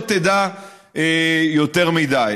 לא תדע יותר מדי.